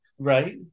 right